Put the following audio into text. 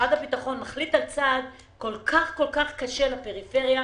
שמשרד הביטחון מחליט על צעד כל כך קשה לפריפריה